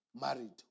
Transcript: married